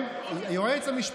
היועץ המשפטי,